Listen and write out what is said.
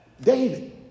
David